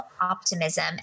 optimism